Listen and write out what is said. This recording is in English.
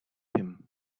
him